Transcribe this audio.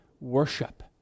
worship